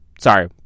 Sorry